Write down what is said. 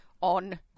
on